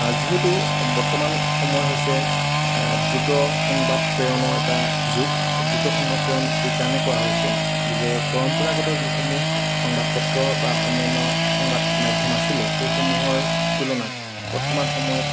আ যিহেতু বৰ্তমান সময় হৈছে আ দ্ৰুত সংবাদ প্ৰেৰণৰ এটা যুগ দ্ৰুত সংবাদ প্ৰেৰণ এইকাৰণে কোৱা হৈছে যে পৰম্পৰাগত যিসমূহ সংবাদ পত্ৰ বা অন্যান্য সংবাদ মাধ্যম আছিলে সেইসমূহৰ তুলনাত বৰ্তমান সময়ত